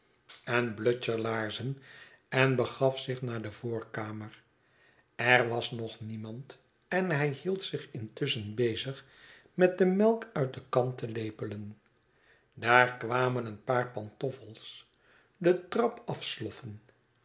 en blucher laarzen en begaf zich naar de voorkamer er was nog niemand en hij hield zich intusschen bezig met de melk uit de kan te lepelen daar kwamen een paar pantoffels de trap afsloffen